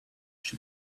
she